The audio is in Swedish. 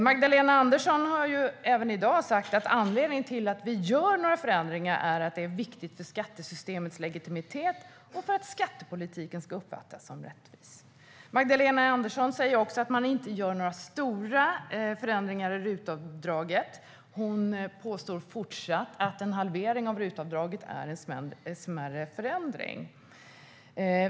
Magdalena Andersson har även i dag sagt att anledningen till att man gör några förändringar är att det är viktigt för skattesystemets legitimitet och för att skattepolitiken ska uppfattas som rättvis. Magdalena Andersson säger också att man inte gör några stora förändringar av RUT-avdraget. Hon påstår fortsatt att en halvering av RUT-avdraget är en smärre förändring.